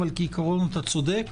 אבל כעיקרון אתה צודק,